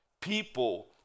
People